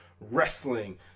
wrestling